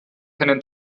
keinen